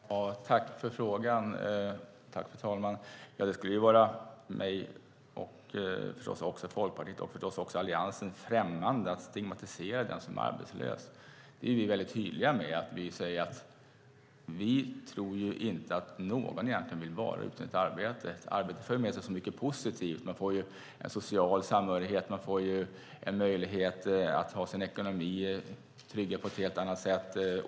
Fru talman! Tack för frågan, Ann-Louise Hansson! Det skulle vara mig, Folkpartiet och Alliansen främmande att stigmatisera den som är arbetslös. Vi är väldigt tydliga med att säga att vi inte tror att någon egentligen vill vara utan ett arbete. Ett arbete för med sig så mycket positivt. Man får en social samhörighet. Man får sin ekonomi tryggad på ett helt annat sätt.